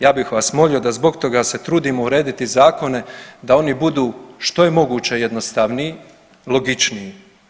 Ja bih vas molio da zbog toga se trudimo se urediti zakone da oni budu što je moguće jednostavniji, logičniji.